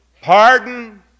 Pardon